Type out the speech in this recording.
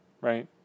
right